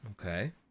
Okay